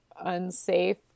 unsafe